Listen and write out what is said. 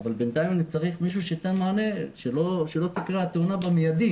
אבל בינתיים אני צריך מישהו שייתן מענה כדי שלא תקרה התאונה מידית.